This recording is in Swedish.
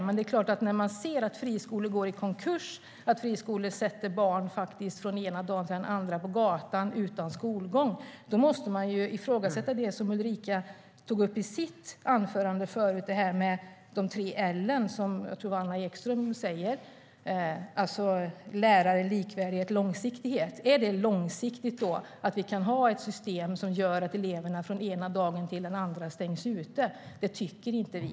Men när man ser att friskolor går i konkurs och från den ena dagen till den andra ställer barn på gatan utan skolgång, då måste man såklart ifrågasätta det som Ulrika tog upp i sitt anförande: de tre L:en som Anna Ekström anger, alltså lärare, likvärdighet och långsiktighet. Är det långsiktigt att ha ett system som gör att elever stängs ute från den ena dagen till den andra? Det tycker inte vi.